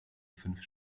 fünf